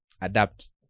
adapt